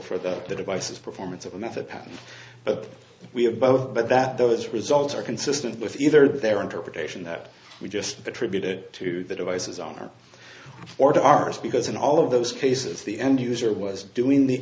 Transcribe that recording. for the devices performance of a method patent but we have both but that those results are consistent with either their interpretation that we just attributed to the devices on them or to ours because in all of those cases the end user was doing the